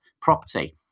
Property